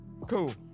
Cool